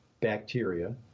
bacteria